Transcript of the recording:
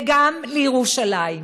וגם לירושלים.